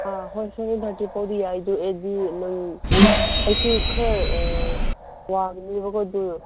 ꯑꯩꯁꯨ ꯈꯔ